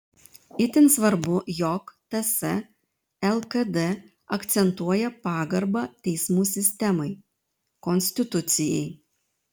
itin svarbu jog ts lkd akcentuoja pagarbą teismų sistemai konstitucijai